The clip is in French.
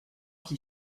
qui